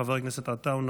חבר הכנסת עטאונה,